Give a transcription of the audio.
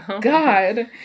God